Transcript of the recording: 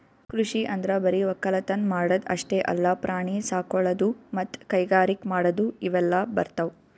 ಕೃಷಿ ಅಂದ್ರ ಬರಿ ವಕ್ಕಲತನ್ ಮಾಡದ್ ಅಷ್ಟೇ ಅಲ್ಲ ಪ್ರಾಣಿ ಸಾಕೊಳದು ಮತ್ತ್ ಕೈಗಾರಿಕ್ ಮಾಡದು ಇವೆಲ್ಲ ಬರ್ತವ್